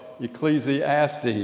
Ecclesiastes